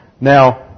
Now